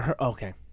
Okay